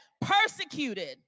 persecuted